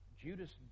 Judas